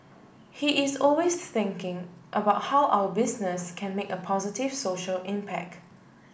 he is always thinking about how our business can make a positive social impact